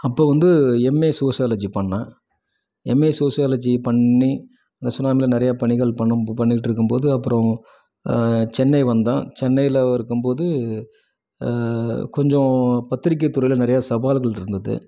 அப்போது வந்து MA sociology பண்ணேன் எம்ஏ சோஷியாலஜி பண்ணி அந்த சுனாமியில் நிறைய பணிகள் பண்ணம்போ பண்ணிட்டிருக்கும்போது அப்பறம் சென்னை வந்தேன் சென்னையில் இருக்கும்போது கொஞ்சம் பத்திரிக்கைத்துறையில் நிறைய சவால்களிருந்தது